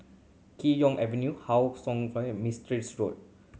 Kee Choe Avenue How fire Mistri Road